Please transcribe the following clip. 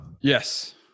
Yes